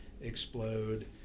explode